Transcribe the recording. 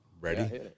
Ready